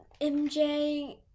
MJ